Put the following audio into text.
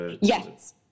Yes